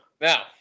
Now